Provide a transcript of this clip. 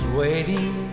waiting